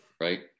right